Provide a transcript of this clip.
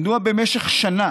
מדוע במשך שנה